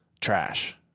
Trash